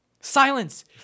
Silence